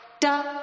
da